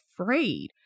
afraid